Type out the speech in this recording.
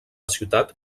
ciutat